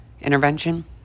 intervention